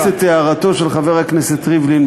אני מאמץ את הערתו של חבר הכנסת ריבלין,